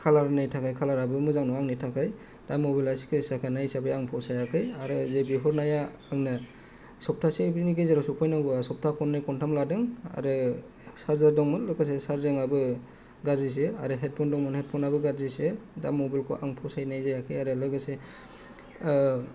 कालारनि थाखाय कालाराबो मोजां नङा आंनि थाखाय दा मबाइला स्क्रेत्स जाखानाय हिसाबै आं फसायाखै आरो जे बिहरनाया आंनो सब्ताहसेफोरनि गेजेराव सफैनांगौआ सब्ताह खननै खनथाम लादों आरो चार्जार दंमोन लोगोसे चारजिंआबो गाज्रिसो आरो हेडफ'न दंमोन हेडफ'नाबो गाज्रिसो दा मबाइलखौ आं फसायनाय जायाखै आरो लोगोसे